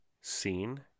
seen